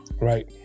right